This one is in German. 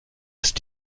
ist